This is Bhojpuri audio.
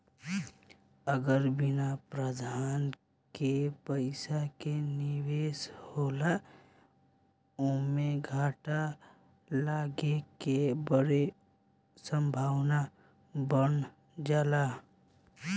अगर बिना प्रबंधन के पइसा के निवेश होला ओमें घाटा लागे के ढेर संभावना बन जाला